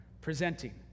presenting